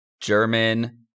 German